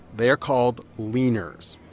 they are called leaners.